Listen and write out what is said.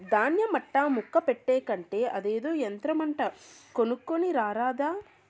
దాన్య మట్టా ముక్క పెట్టే కంటే అదేదో యంత్రమంట కొనుక్కోని రారాదా